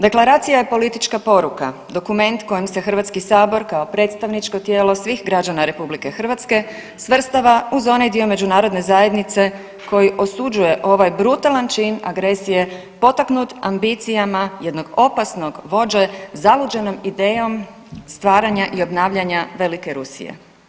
Deklaracija je politička poruka, dokument kojim se HS kao predstavničko tijelo svih građana RH svrstava uz onaj dio međunarodne zajednice koji osuđuje ovaj brutalan čin agresije potaknut ambicijama jednog opasnog vođe, zaluđenog idejom stvaranja i obnavljanja velike Rusije.